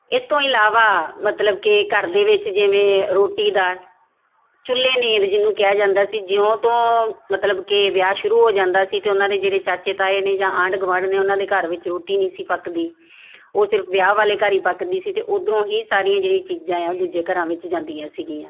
ਇਸ ਤੋਂ ਇਲਾਵਾ ਮਤਲਬ ਕਿ ਘਰ ਦੇ ਵਿੱਚ ਜਿਵੇਂ ਰੋਟੀ ਦਾ ਚੁੱਲੇ ਨੇਦ ਜਿਹਨੂੰ ਕਿਹਾ ਜਾਂਦਾ ਸੀ ਜਿਉਂ ਤੋਂ ਮਤਲਬ ਕਿ ਵਿਆਹ ਸ਼ੁਰੂ ਹੋ ਜਾਂਦਾ ਸੀ ਤਾਂ ਉਹਨਾਂ ਦੇ ਜਿਹੜੇ ਚਾਚੇ ਤਾਏ ਨੇ ਜਾਂ ਆਂਢ ਗੁਆਂਡ ਨੇ ਉਹਨਾਂ ਦੇ ਘਰ ਵਿੱਚ ਰੋਟੀ ਨਹੀਂ ਸੀ ਪੱਕਦੀ ਉਹ ਸਿਰਫ਼ ਵਿਆਹ ਵਾਲੇ ਘਰ ਹੀ ਪੱਕਦੀ ਸੀ ਅਤੇ ਉੱਧਰੋਂ ਹੀ ਸਾਰੀਆਂ ਜਿਹੜੀਆਂ ਚੀਜ਼ਾਂ ਆ ਉਹ ਦੂਜੇ ਘਰਾਂ ਵਿੱਚ ਜਾਂਦੀਆਂ ਸੀਗੀਆਂ